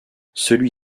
celui